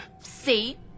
See